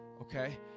Okay